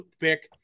pick